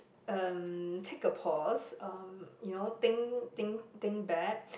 uh take a pause uh you know think think think back